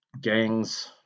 gangs